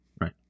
right